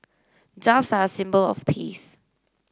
doves are symbol of peace